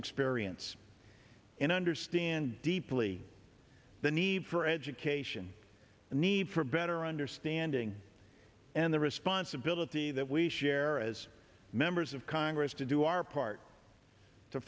experience in understand deeply the need for education the need for better understanding and the responsibility that we share as members of congress to do our part to